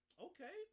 Okay